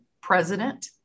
president